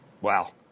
Wow